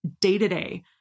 day-to-day